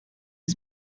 was